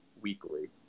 weekly